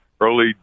early